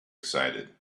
excited